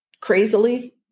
crazily